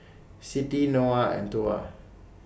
Siti Noah and Tuah